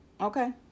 Okay